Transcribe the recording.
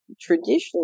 traditionally